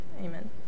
Amen